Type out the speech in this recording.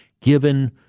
given